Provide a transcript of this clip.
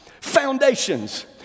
foundations